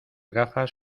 gafas